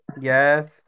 Yes